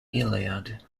iliad